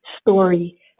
story